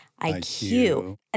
IQ